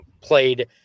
played